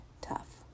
tough